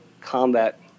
combat